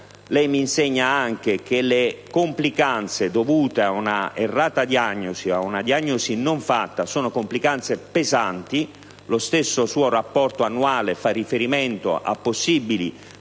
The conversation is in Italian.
lei mi insegna anche che le complicanze dovute ad un'errata diagnosi o ad una diagnosi non fatta sono pesanti; lo stesso suo rapporto annuale fa riferimento a possibili